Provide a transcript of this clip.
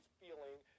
feeling